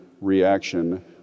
reaction